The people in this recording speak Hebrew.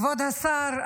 כבוד השר,